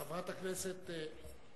חברת הכנסת זוארץ,